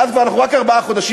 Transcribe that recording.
ואז כבר: אנחנו רק ארבעה חודשים,